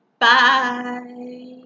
Bye